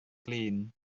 glin